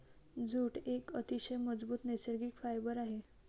jute एक अतिशय मजबूत नैसर्गिक फायबर आहे